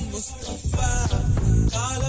Mustafa